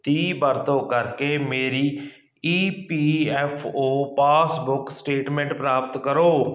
ਦੀ ਵਰਤੋਂ ਕਰਕੇ ਮੇਰੀ ਈ ਪੀ ਐੱਫ ਔ ਪਾਸਬੁੱਕ ਸਟੇਟਮੈਂਟ ਪ੍ਰਾਪਤ ਕਰੋ